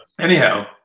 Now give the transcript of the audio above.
anyhow